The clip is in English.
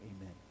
amen